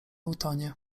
utonie